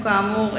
כאמור,